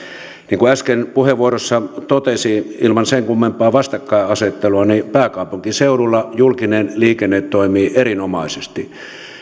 niin kuin äsken puheenvuorossa totesin ilman sen kummempaa vastakkainasettelua pääkaupunkiseudulla julkinen liikenne toimii erinomaisesti